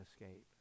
escape